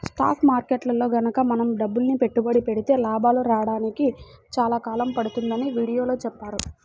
stock మార్కెట్టులో గనక మనం డబ్బులని పెట్టుబడి పెడితే లాభాలు రాడానికి చాలా కాలం పడుతుందని వీడియోలో చెప్పారు